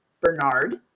Bernard